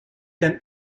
them